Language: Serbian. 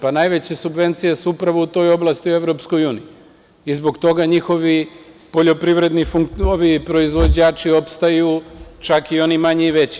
Pa najveće subvencije su upravo u toj oblasti u EU i zbog toga njihovi poljoprivredni proizvođači opstaju, čak i oni manji i veći.